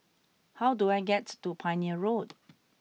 how do I get to Pioneer Road